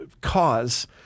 cause